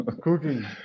cooking